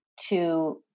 to-